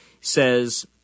says